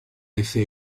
effet